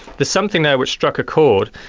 there's something there which struck a chord.